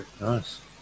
Nice